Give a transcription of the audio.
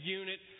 unit